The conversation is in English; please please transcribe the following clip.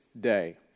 day